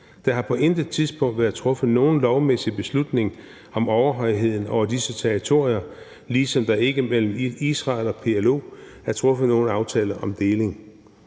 Der har på intet tidspunkt været truffet nogen lovmæssig beslutning om overhøjheden over disse territorier, ligesom der ikke mellem Israel og PLO er truffet nogen aftale om deling.